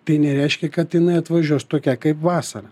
tai nereiškia kad jinai atvažiuos tokia kaip vasarą